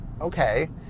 okay